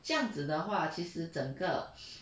这样子的话其实整个